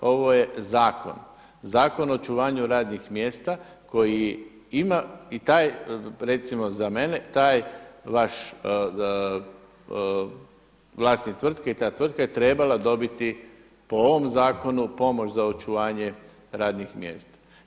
Ovo je zakon, Zakon o očuvanju radnih mjesta koji ima i taj recimo za mene, taj vaš vlasnik tvrtke i ta tvrtka je trebala dobiti po ovom zakonu pomoć za očuvanje radnih mjesta.